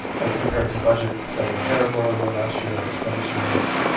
as compared to budget, slightly ahead of where we were last year. our expenditures